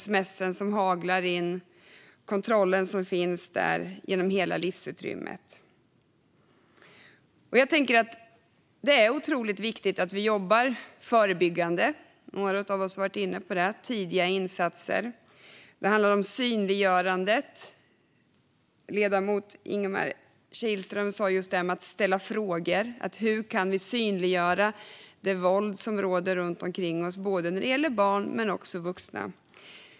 Sms:en haglar in, och kontrollen finns i hela livsutrymmet. Det är otroligt viktigt att vi jobbar förebyggande. Några av oss har varit inne på tidiga insatser. Det handlar också om synliggörandet. Ledamoten Ingemar Kihlström talade just om att ställa frågor. Hur kan vi synliggöra det våld som råder runt omkring oss både när det gäller barn och när det gäller vuxna?